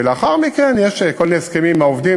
ולאחר מכן, יש כל מיני הסכמים עם העובדים.